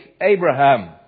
Abraham